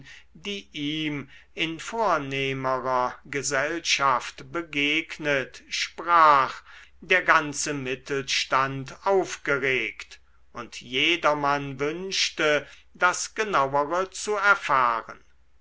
die ihm in vornehmerer gesellschaft begegnet sprach der ganze mittelstand aufgeregt und jedermann wünschte das genauere zu erfahren